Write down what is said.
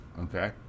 okay